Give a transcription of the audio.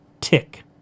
Tick